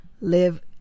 live